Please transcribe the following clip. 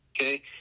okay